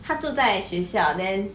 他住在学校 then